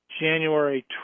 January